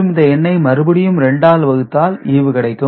மற்றும் இந்த எண்ணை மறுபடியும் 2 ஆல் வகுத்தால் ஈவு கிடைக்கும்